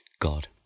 God